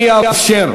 אני אאפשר,